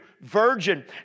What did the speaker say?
virgin